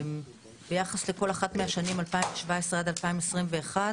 ביחס לכל אחת מהשנים 2017 עד 2021,